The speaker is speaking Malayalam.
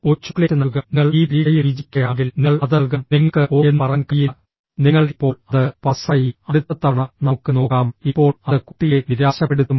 ഒരു ചോക്ലേറ്റ് നൽകുക നിങ്ങൾ ഈ പരീക്ഷയിൽ വിജയിക്കുകയാണെങ്കിൽ നിങ്ങൾ അത് നൽകണം നിങ്ങൾക്ക് ഓ എന്ന് പറയാൻ കഴിയില്ല നിങ്ങൾ ഇപ്പോൾ അത് പാസായി അടുത്ത തവണ നമുക്ക് നോക്കാം ഇപ്പോൾ അത് കുട്ടിയെ നിരാശപ്പെടുത്തും